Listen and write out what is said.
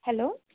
hello